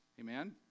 Amen